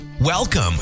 Welcome